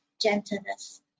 gentleness